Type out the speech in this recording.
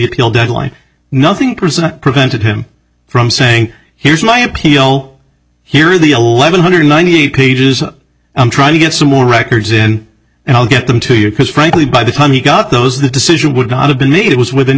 appeal deadline nothing prevented him from saying here's my appeal here are the eleven hundred ninety eight pages i'm trying to get some more records in and i'll get them to you because frankly by the time he got those the decision would not have been it was within